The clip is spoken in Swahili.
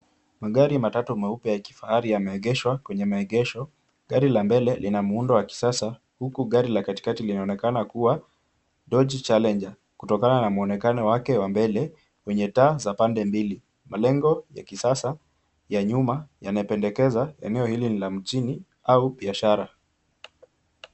Magari matatu meupe ya kifahari yameegeshwa kwenye maegesho. Gari la mbele lina muundo wa kisasa, huku gari la kati kati linaonekana kuwa Dodge Challenger , kutokana na mwonekano wake wa mbele wenye taa za pande mbili. Malengo ya kisasa ya nyuma, yanapendekeza eneo hili ni la mjini au biashara.